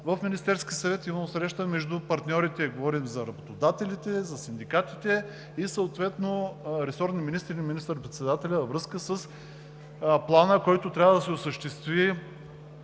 в Министерския съвет е имало среща между партньорите, говорим за работодателите, за синдикатите и съответно ресорните министри и министър-председателя във връзка с плана, който трябва да се осъществи